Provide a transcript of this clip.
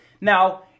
Now